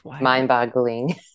mind-boggling